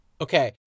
Okay